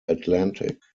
atlantic